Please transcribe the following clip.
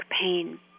pain